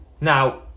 Now